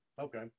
Okay